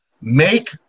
make